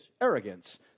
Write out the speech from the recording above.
arrogance